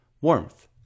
warmth